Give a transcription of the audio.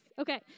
Okay